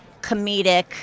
comedic